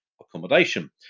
accommodation